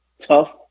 tough